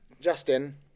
Justin